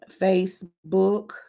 facebook